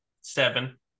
Seven